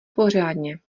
pořádně